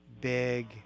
big